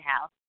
House